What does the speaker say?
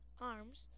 arms